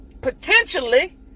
potentially